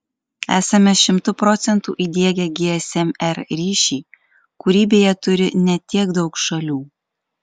esame šimtu procentų įdiegę gsm r ryšį kurį beje turi ne tiek daug šalių